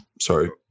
sorry